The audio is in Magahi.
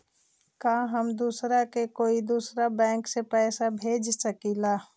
का हम दूसरा के कोई दुसरा बैंक से पैसा भेज सकिला?